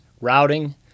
routing